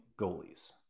goalies